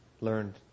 learned